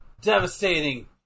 Devastating